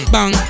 Bang